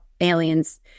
aliens